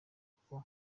kuko